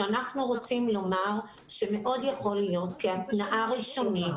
אנחנו רוצים לומר שמאוד יכול להיות כהתנעה ראשונית,